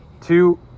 two